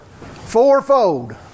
fourfold